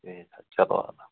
ٹھیٖک حظ چلو اَدٕ حظ